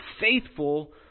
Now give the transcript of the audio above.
faithful